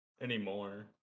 Anymore